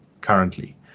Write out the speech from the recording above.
currently